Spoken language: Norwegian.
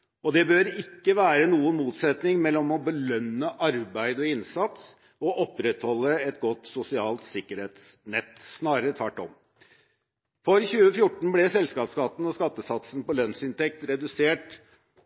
sammenheng. Det bør ikke være noen motsetning mellom å belønne arbeid og innsats og å opprettholde et godt sosialt sikkerhetsnett, snarere tvert om. For 2014 ble selskapsskatten og skattesatsen på lønnsinntekt redusert